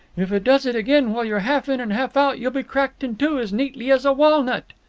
if it does it again while you're half in and half out, you'll be cracked in two as neatly as a walnut.